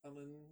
他们